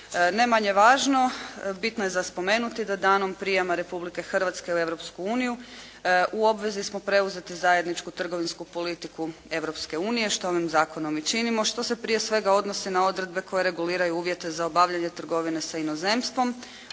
Ne manje važno bitno je za spomenuti da danom prijema Republike Hrvatske u Europsku uniju u obvezi smo preuzeti zajedničku trgovinsku politiku Europske unije što ovim zakonom i činimo što se prije svega odnosi na odredbe koje reguliraju uvjete za obavljanje trgovine sa inozemstvom,